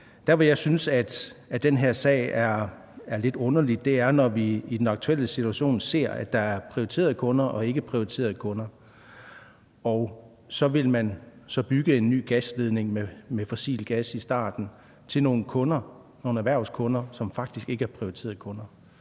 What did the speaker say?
Der, hvor jeg synes, at den her sag er lidt underlig, er, når vi i den aktuelle situation ser, at der er prioriterede kunder og ikkeprioriterede kunder, og så vil man bygge en ny gasledning med fossil gas til nogle kunder, altså nogle erhvervskunder, som faktisk ikke er prioriterede kunder.